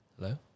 Hello